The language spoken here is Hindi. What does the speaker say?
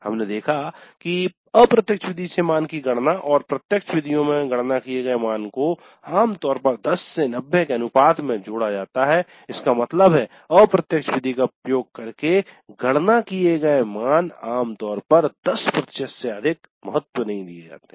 हमने देखा कि अप्रत्यक्ष विधि से मान की गणना और प्रत्यक्ष विधियों में गणना किए गए मान को आमतौर पर 10 से 90 के अनुपात में जोड़ा जाता है इसका मतलब है अप्रत्यक्ष विधि का उपयोग करके गणना किये गए मान आमतौर पर 10 प्रतिशत से अधिक महत्व नहीं दिए जाते है